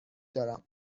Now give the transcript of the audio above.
دارم